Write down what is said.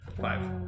Five